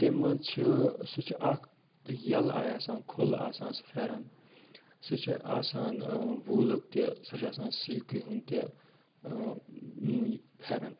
تَمہِ مَنٛز چھِ سُہ چھ اکھ یَلہٕ آیہِ آسان کھُلہٕ آسان سُہ فیرَن سُہ چھُ آسان ووٗلُک تہِ سُہ چھُ آسان سِلکہِ ہُنٛد تہِ فیرَن